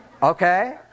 Okay